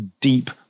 deep